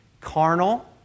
carnal